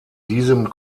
diesem